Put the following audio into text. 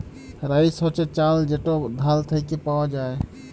rice হছে চাল যেট ধাল থ্যাইকে পাউয়া যায়